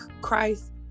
Christ